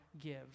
give